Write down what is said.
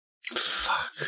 Fuck